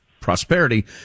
Prosperity